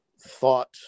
thought